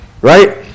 Right